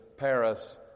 Paris